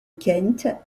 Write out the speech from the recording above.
kent